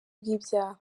bw’ibyaha